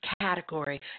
category